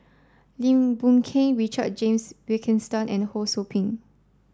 Lim Boon Keng Richard James Wilkinson and Ho Sou Ping